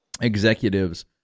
executives